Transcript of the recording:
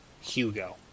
Hugo